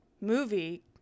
movie